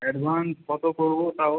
advance কত করবো তাও